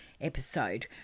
episode